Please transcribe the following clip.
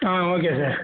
ah okay sir